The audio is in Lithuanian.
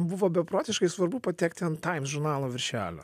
buvo beprotiškai svarbu patekti ant time žurnalo viršelio